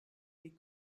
des